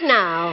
now